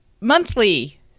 monthly